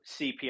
CPI